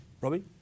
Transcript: Robbie